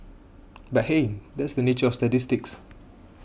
but hey that's the nature of statistics